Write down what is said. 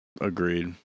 Agreed